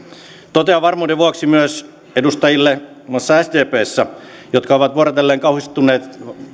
totean varmuuden vuoksi myös edustajille muun muassa sdpssä jotka ovat vuorotellen kauhistelleet